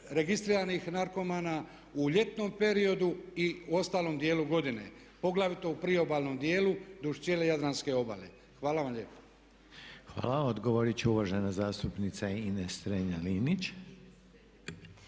registriranih narkomana u ljetnom periodu i ostalom dijelu godine, poglavito u priobalnom dijelu duž cijele Jadranske obale. Hvala vam lijepa. **Reiner, Željko (HDZ)** Hvala. Odgovorit će uvažena zastupnica Ines Strenja-Linić.